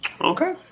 Okay